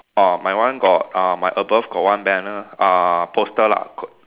orh my one got uh my above got one banner uh poster lah quote